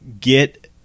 Get